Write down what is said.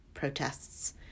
Protests